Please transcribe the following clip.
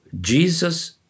Jesus